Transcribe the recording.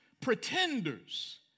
Pretenders